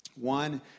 One